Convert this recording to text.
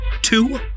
Two